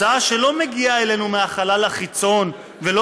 הצעה שלא מגיעה אלינו מהחלל החיצון ולא